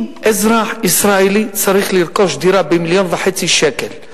אם אזרח ישראלי צריך לרכוש דירה ב-1.5 מיליון שקל,